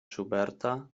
schuberta